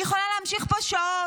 אני יכולה להמשיך פה שעות,